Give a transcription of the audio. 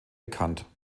bekannt